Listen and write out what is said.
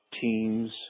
teams